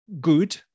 good